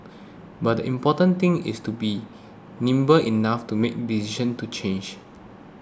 but the important thing is to be nimble enough to make decision to change